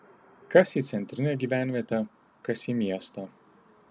kas į centrinę gyvenvietę kas į miestą